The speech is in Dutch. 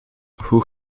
hoe